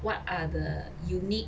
what are the unique